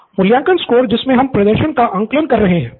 pro बाला मूल्यांकन score जिससे हम प्रदर्शन का आकलन कर रहे है